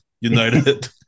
United